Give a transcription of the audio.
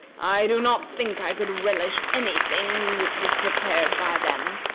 i do not think i could relish any thing which was prepared by them.